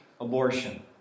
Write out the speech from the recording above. abortion